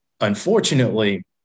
Unfortunately